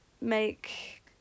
make